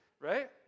right